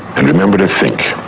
and remember to think.